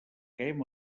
hem